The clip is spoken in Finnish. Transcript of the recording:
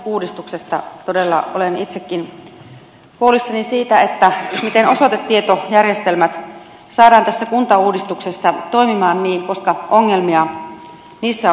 hätäkeskusuudistuksessa todella olen itsekin huolissani siitä miten osoitetietojärjestelmät saadaan tässä kuntauudistuksessa toimimaan koska ongelmia niissä on ollut